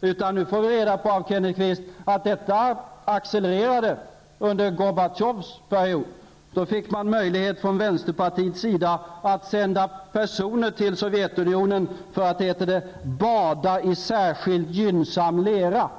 Av Kenneth Kvist får vi nu reda på att detta accelererade under Gorbatjovs period. Då fick man från vänsterpartiets sida möjlighet att sända personer till Sovjetunionen för att ''bada i särskilt gynnsam lera''.